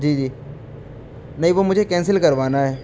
جی جی نہیں وہ مجھے کینسل کروانا ہے